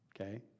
Okay